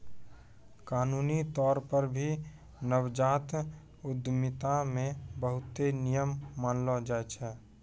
कानूनी तौर पर भी नवजात उद्यमिता मे बहुते नियम मानलो जाय छै